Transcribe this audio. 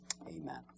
amen